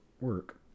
work